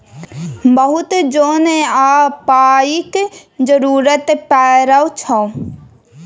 बीया छीटै लेल, खाद छिटै लेल आ दोसर काज लेल बहुत जोन आ पाइक जरुरत परै छै